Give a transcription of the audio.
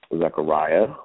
Zechariah